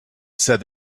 said